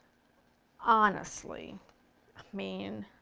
honestly. i mean.